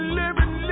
living